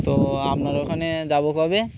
তো আপনার ওখানে যাবো কবে